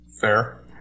Fair